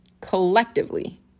collectively